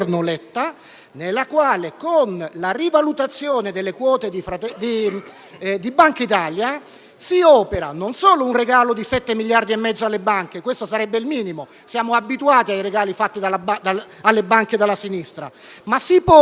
nella quale, con la rivalutazione delle quote di Bankitalia, si opera non solo un regalo di 7 miliardi e mezzo alle banche (questo sarebbe il minimo: siamo abituati ai regali fatti alle banche dalla sinistra), ma si pone anche